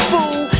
Fool